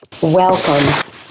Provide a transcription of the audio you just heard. Welcome